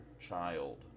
child